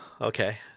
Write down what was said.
Okay